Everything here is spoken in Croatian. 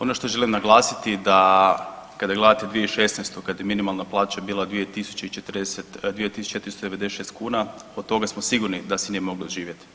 Ono što želim naglasiti da kada gledate 2016. kad je minimalna plaća bila 2.040, 2.496 kuna od toga smo sigurni da se nije moglo živjeti.